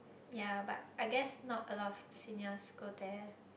ya but I guess not a lot of seniors go there